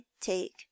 take